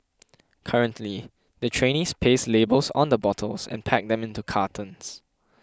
currently the trainees paste labels on the bottles and pack them into cartons